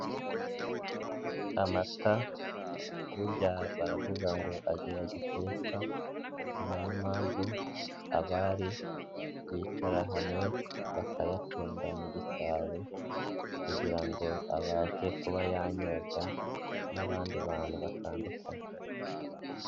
Amata burya baravuga ngo agira gitereka ni na yo mpamvu abari bicara hamwe bakayacunda mu gisabo kugira ngo abashe kuba yanyobwa n'abandi bantu batandukanye.